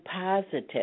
positive